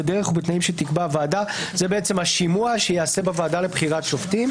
בדרך ובתנאים שתקבע הוועדה." זה השימוע שייעשה בוועדה לבחירת שופטים.